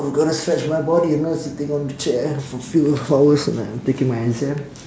I'm gonna stretch my body you know sitting on the chair for few hours like I'm taking my exam